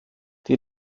die